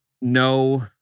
no